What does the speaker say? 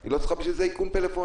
היא לא צריכה בשביל זה איכון טלפוני.